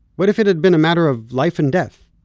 what if it had been a matter of life and death?